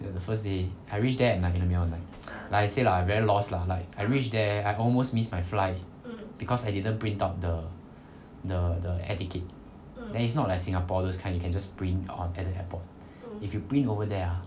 the first day I reach there at like the middle of the night like I say lah very lost lah like I reach there I almost missed my flight because I didn't print out the the the air ticket then it's not like singapore those kind you can just print out or get at the airport if you print over there ah